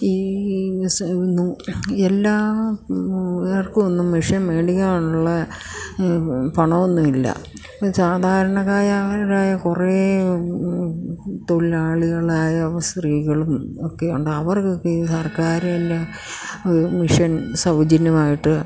ഈ എല്ലാവർക്കും ഒന്നും മെഷൻ മേടിക്കാനുള്ള പണമൊന്നുമില്ല ഇപ്പം സാധാരണക്കാരായ അവരുടെ കുറേ തൊഴിലാളികളായ സ്രീകളും ഒക്കെയുണ്ട് അവർക്കൊക്കെ ഈ സർക്കാരിന്റെ അത് മിഷൻ സൗജന്യമായിട്ട്